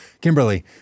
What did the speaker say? Kimberly